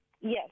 Yes